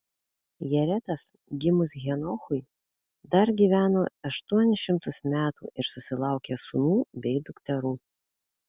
jaretas gimus henochui dar gyveno aštuonis šimtus metų ir susilaukė sūnų bei dukterų